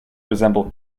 resemble